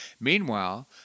Meanwhile